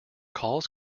calls